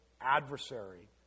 adversary